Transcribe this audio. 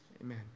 Amen